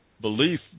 Belief